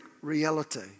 reality